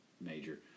major